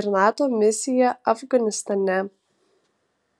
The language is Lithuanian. ir nato misiją afganistane